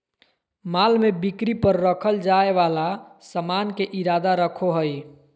माल में बिक्री पर रखल जाय वाला सामान के इरादा रखो हइ